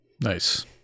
nice